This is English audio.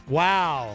wow